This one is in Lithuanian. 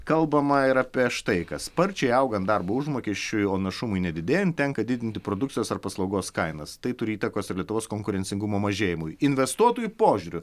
kalbama ir apie štai ką sparčiai augant darbo užmokesčiui o našumui nedidėjant tenka didinti produkcijos ar paslaugos kainas tai turi įtakos ir lietuvos konkurencingumo mažėjimui investuotojų požiūriu